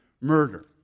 murder